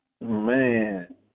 Man